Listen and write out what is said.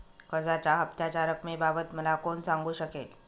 कर्जाच्या हफ्त्याच्या रक्कमेबाबत मला कोण सांगू शकेल?